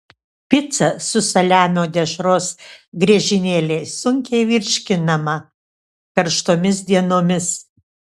pica su saliamio dešros griežinėliais sunkiai virškinama karštomis dienomis